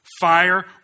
Fire